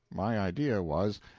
my idea was,